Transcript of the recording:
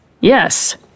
Yes